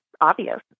obvious